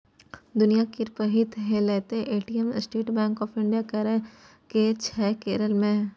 दुनियाँ केर पहिल हेलैत ATM State Bank of India केर छै केरल मे